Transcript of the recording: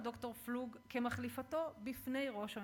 הד"ר פלוג כמחליפתו בפני ראש הממשלה.